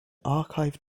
archived